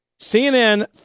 CNN